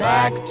Back